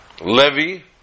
levy